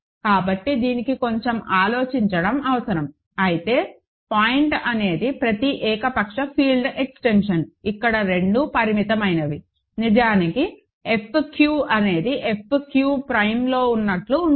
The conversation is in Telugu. కాబట్టి దీనికి కొంచెం ఆలోచించడం అవసరం అయితే పాయింట్ అనేది ప్రతి ఏకపక్ష ఫీల్డ్ ఎక్స్టెన్షన్ ఇక్కడ రెండూ పరిమితమైనవి నిజంగా F q అనేది F q ప్రైమ్లో ఉన్నట్లు ఉంటుంది